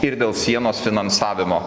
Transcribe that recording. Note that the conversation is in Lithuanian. ir dėl sienos finansavimo